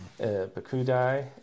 Bakudai